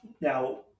now